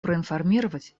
проинформировать